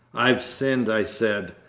i've sinned! i said.